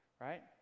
right